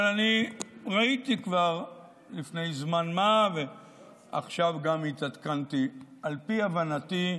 אבל אני ראיתי כבר לפני זמן מה ועכשיו גם התעדכנתי: על פי הבנתי,